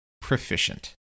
proficient